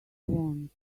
want